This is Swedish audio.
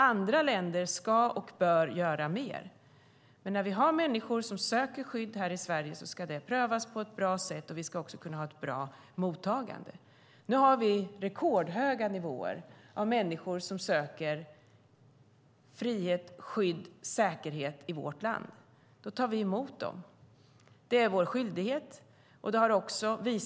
Andra länder bör och ska göra mer. När människor söker skydd i Sverige ska det prövas på ett bra sätt, och vi ska ha ett bra mottagande. Nu har vi rekordhöga nivåer av människor som söker frihet, skydd, säkerhet i vårt land. Då tar vi emot dem. Det är vår skyldighet.